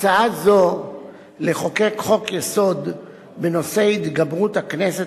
הצעה זו לחוקק חוק-יסוד בנושא התגברות הכנסת